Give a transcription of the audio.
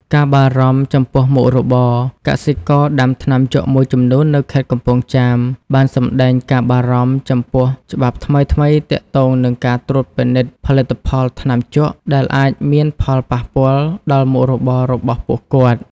ការបារម្ភចំពោះមុខរបរ កសិករដាំថ្នាំជក់មួយចំនួននៅខេត្តកំពង់ចាមបានសម្តែងការបារម្ភចំពោះច្បាប់ថ្មីៗទាក់ទងនឹងការត្រួតពិនិត្យផលិតផលថ្នាំជក់ ដែលអាចមានផលប៉ះពាល់ដល់មុខរបររបស់ពួកគាត់។